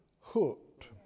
hooked